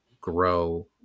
grow